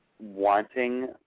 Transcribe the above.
wanting